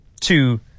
two